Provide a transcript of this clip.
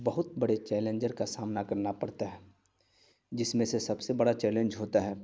بہت بڑے چیلنجر کا سامنا کرنا پڑتا ہے جس میں سے سب سے بڑا چیلنج ہوتا ہے